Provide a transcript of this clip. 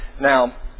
Now